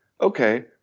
okay